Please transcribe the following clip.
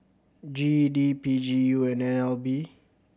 G E D P G U and N L B